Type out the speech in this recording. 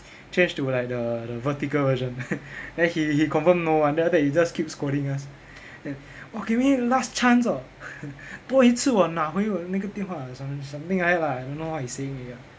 change to like the the vertical version then he he confirm know [one] then after that he just keep scolding us then 我给你们 last chance hor 多一次我拿回那个电话 some something like that lah I don't know what he saying already ah